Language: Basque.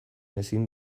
ezin